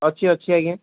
ଅଛି ଅଛି ଆଜ୍ଞା